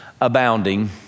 abounding